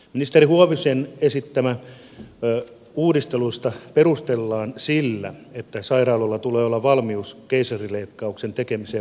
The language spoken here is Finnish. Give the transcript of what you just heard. ministeri huovisen esittämää uudistusta perustellaan sillä että sairaaloilla tulee olla valmius keisarinleikkauksen tekemiseen vuorokauden ympäri